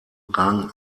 rang